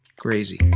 crazy